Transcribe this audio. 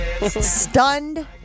stunned